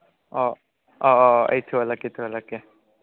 ꯑꯧ ꯑꯧꯑꯧ ꯑꯩ ꯊꯨꯍꯜꯂꯛꯀꯦ ꯊꯨꯍꯜꯂꯛꯀꯦ